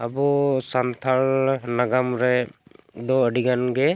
ᱟᱵᱚ ᱥᱟᱱᱛᱟᱲ ᱱᱟᱜᱟᱢ ᱨᱮ ᱫᱚ ᱟᱹᱰᱤ ᱜᱟᱱ ᱜᱮ